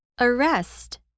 arrest